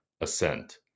assent